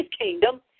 kingdom